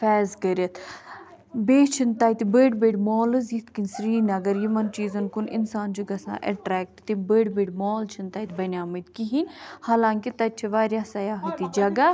فیض کٔرِتھ بیٚیہِ چھِنہٕ تَتہِ بٔڑۍ بٔڑۍ مالٕز یِتھ کٔنۍ سرینَگر یِمَن چیٖزَن کُن اِنسان چھُ گَژھان اٹرٛیکٹہٕ تِم بٔڑۍ بٔڑۍ مال چھِنہٕ تَتہِ بَنیامٕتۍ کِہیٖنۍ حالانٛکہِ تَتہِ چھِ واریاہ سیاحتی جگہ